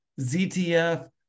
ZTF